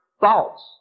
thoughts